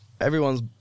everyone's